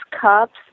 cups